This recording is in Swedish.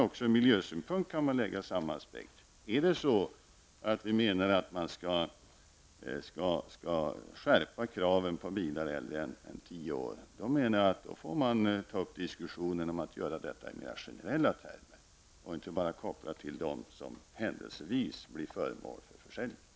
Också från miljösynpunkt kan man anlägga den aspekten: Menar vi att man skall skärpa kraven på bilar äldre än tio år får man, menar jag, ta upp en diskussion om att göra det i mer generella termer och inte bara kopplat till dem som händelsevis blir föremål för försäljning.